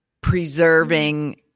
preserving